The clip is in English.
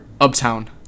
Uptown